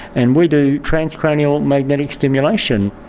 and we do transcranial magnetic stimulation.